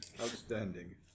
outstanding